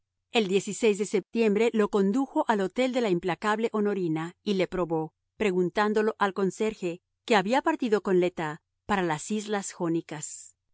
el de septiembre lo condujo al hotel de la implacable honorina y le probó preguntándolo al conserje que había partido con le tas para las islas jónicas